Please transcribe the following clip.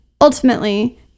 ultimately